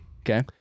okay